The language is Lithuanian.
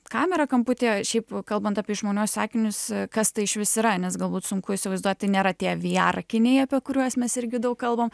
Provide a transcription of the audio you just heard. kamera kamputyje šiaip kalbant apie išmaniuosius akinius kas tai išvis yra nes galbūt sunku įsivaizduot tai nėra tie vr akiniai apie kuriuos mes irgi daug kalbam